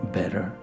better